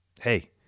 hey